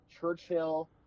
Churchill